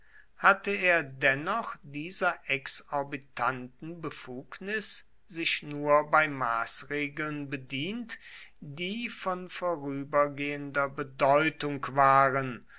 hatte er dennoch dieser exorbitanten befugnis sich nur bei maßregeln bedient die von vorübergehender bedeutung waren